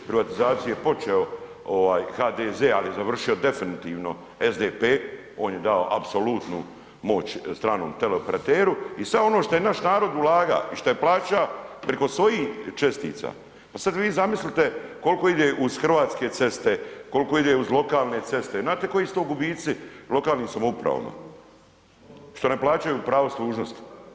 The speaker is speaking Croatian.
Privatizaciju je počeo ovaj HDZ, ali je završio definitivno SDP, on je dao apsolutnu moć stranom teleoperateru i sad ono šta je naš narod ulaga i šta je plaća priko svojih čestica, pa sad vi zamislite kolko ide uz hrvatske ceste, kolko ide uz lokalne ceste, znate koji su to gubici lokalnim samoupravama što ne plaćaju pravo služnosti?